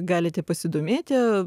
galite pasidomėti